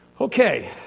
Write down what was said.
Okay